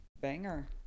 Banger